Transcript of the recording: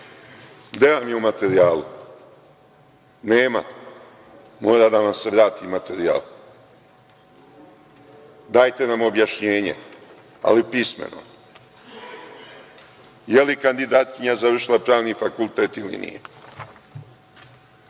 Gde vam je u materijalu? Nema. Mora da vam se vrati materijal. Dajte nam objašnjenje, ali pismeno. Je li kandidatkinja završila pravni fakultet ili nije? Imate